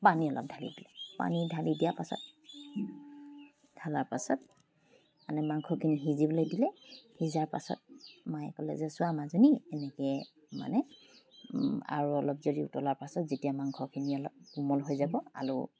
পানী অলপ ঢালি দিলে পানী ঢালি দিয়া পাছত ঢালাৰ পাছত মানে মাংসখিনি সিজিবলৈ দিলে সিজাৰ পাছত মায়ে ক'লে যে যোৱা মাজনী এনেকে মানে আৰু অলপ যদি উতলাৰ পাছত যেতিয়া মাংসখিনি অলপ কোমল হৈ যাব আলু